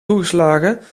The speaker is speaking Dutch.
toegeslagen